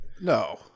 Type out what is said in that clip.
No